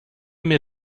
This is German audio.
mir